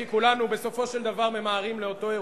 כי כולנו בסופו של דבר ממהרים לאותו אירוע,